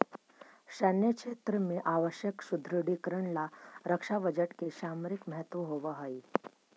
सैन्य क्षेत्र में आवश्यक सुदृढ़ीकरण ला रक्षा बजट के सामरिक महत्व होवऽ हई